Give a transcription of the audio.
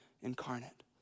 incarnate